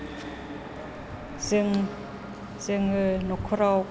जों जोङो न'खराव